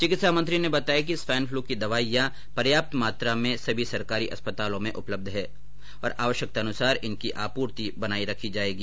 चिकित्सा मंत्री ने बताया कि स्वाईन फ्लू की दवाईयां पर्याप्त मात्रा में सभी सरकारी अस्पतालों में उलपब्ध है और आवश्यकतानुसार इनकी आपूर्ति बनायी रखी जायेगी